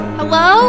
hello